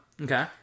Okay